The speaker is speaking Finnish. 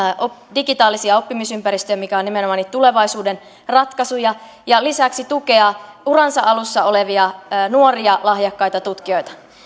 digitaalisia oppimisympäristöjä mikä on nimenomaan niitä tulevaisuuden ratkaisuja ja lisäksi tukea uransa alussa olevia nuoria lahjakkaita